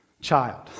child